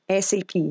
SAP